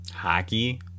Hockey